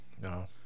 No